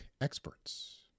experts